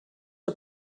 are